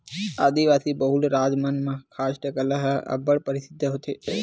आदिवासी बहुल राज मन म कास्ठ कला ह अब्बड़ परसिद्ध होथे